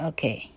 Okay